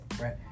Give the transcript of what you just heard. Right